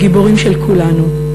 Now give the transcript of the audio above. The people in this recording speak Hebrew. הגיבורים של כולנו.